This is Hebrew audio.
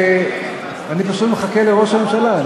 אני פשוט מחכה לראש הממשלה.